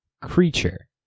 creature